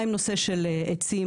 מה עם נושא של עצים?